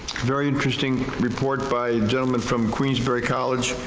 very interesting report by gentleman from queensbury college,